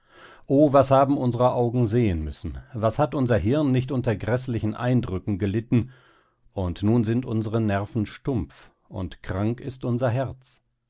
o was haben unsere augen sehen müssen was hat unser hirn nicht unter gräßlichen eindrücken gelitten und nun sind unsere nerven stumpf und krank ist unser herz